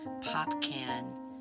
pop-can